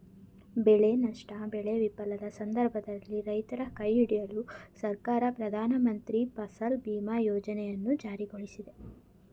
ಬೆಳೆ ನಷ್ಟ ಬೆಳೆ ವಿಫಲದ ಸಂದರ್ಭದಲ್ಲಿ ರೈತರ ಕೈಹಿಡಿಯಲು ಸರ್ಕಾರ ಪ್ರಧಾನಮಂತ್ರಿ ಫಸಲ್ ಬಿಮಾ ಯೋಜನೆಯನ್ನು ಜಾರಿಗೊಳಿಸಿದೆ